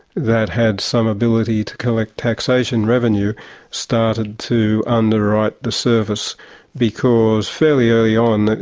that had some ability to collect taxation revenue started to under-write the service because fairly early on,